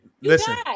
listen